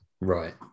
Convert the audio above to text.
Right